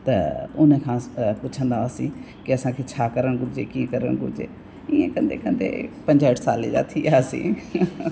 त उन खां पुछंदा हुआसीं की असांखे छा करणु घुरिजे कीअं करणु घुरिजे ईअं कंदे कंदे पंजहठि साल जा थी वियासीं